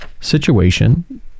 situation